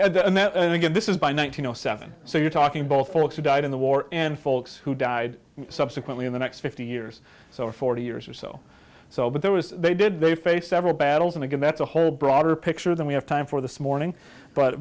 then again this is by one thousand and seven so you're talking both folks who died in the war and folks who died subsequently in the next fifty years so forty years or so so but there was they did they face several battles and again that's a whole broader picture than we have time for this morning but